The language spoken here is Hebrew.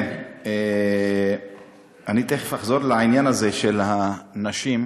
אני תכף אחזור לעניין הזה, של הנשים,